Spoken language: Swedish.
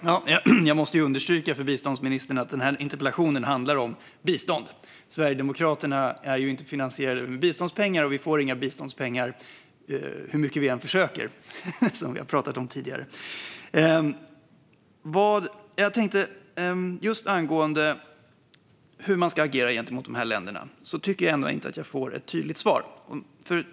Herr talman! Jag måste understryka för biståndsministern att den här interpellationen handlar om bistånd. Sverigedemokraterna är inte finansierade med biståndspengar, och vi får inga biståndspengar hur mycket vi än försöker, som vi har pratat om tidigare. Just angående hur man ska agera gentemot de här länderna tycker jag inte att jag får ett tydligt svar.